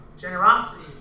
generosity